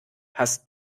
hast